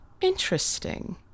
Interesting